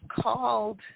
called